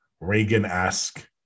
reagan-esque